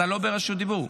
אתה לא ברשות דיבור.